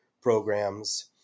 programs